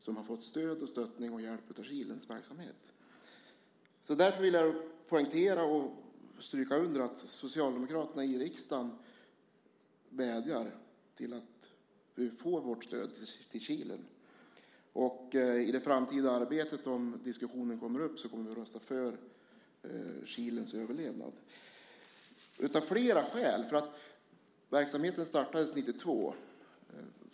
De har fått stöd, stöttning och hjälp av Kilens verksamhet. Jag vill understryka att socialdemokraterna i riksdagen vädjar för ett stöd till Kilen. I det framtida arbetet, om diskussionen tas upp, kommer vi att rösta för Kilens överlevnad. Det gör vi av flera skäl. Verksamheten startades år 1992.